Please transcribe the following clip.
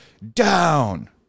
down